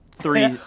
Three